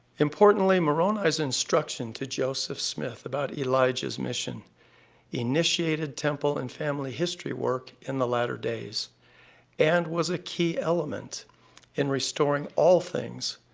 importantly, moroni's instruction to joseph smith about elijah's mission initiated temple and family history work in the latter days and was a key element in restoring all things,